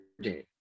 Day